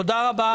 תודה רבה.